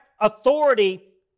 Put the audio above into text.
authority